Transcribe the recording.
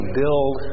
build